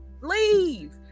Leave